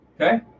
okay